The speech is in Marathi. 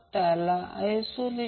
तर त्या वेळी XC XL XC XL